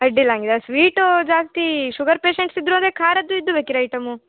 ಅಡ್ಡಿಲ್ಲ ಹಂಗಿದ್ರೆ ಅದು ಸ್ವೀಟೂ ಜಾಸ್ತಿ ಶುಗರ್ ಪೇಷೆಂಟ್ಸ್ ಇದ್ದರು ಅಂದರೆ ಖಾರದ್ದು ಇದ್ದು ಬೇಕಿದ್ರೆ ಐಟಮ್ಮು